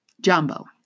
Jumbo